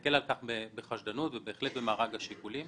נסתכל על כך בחשדנות במארג השיקולים.